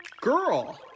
Girl